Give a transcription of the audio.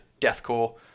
deathcore